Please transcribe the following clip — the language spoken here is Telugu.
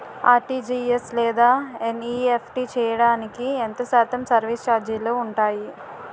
ఆర్.టీ.జీ.ఎస్ లేదా ఎన్.ఈ.ఎఫ్.టి చేయడానికి ఎంత శాతం సర్విస్ ఛార్జీలు ఉంటాయి?